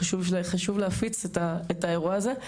חשוב להפיץ את האירוע הזה.